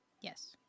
Yes